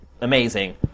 amazing